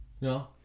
No